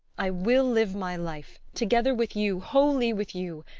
i will live my life together with you wholly with you.